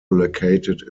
located